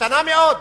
קטנה מאוד,